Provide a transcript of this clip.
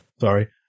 Sorry